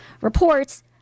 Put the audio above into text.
reports